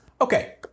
Okay